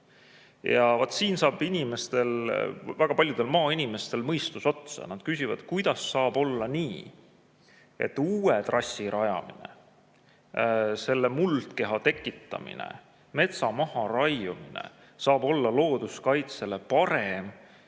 Ja vaat siin saab väga paljudel maainimestel mõistus otsa. Nad küsivad, kuidas saab olla nii, et uue trassi rajamine, selle muldkeha tekitamine, metsa maharaiumine on looduskaitsele parem